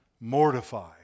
Mortify